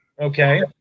okay